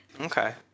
Okay